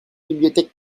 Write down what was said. bibliothèque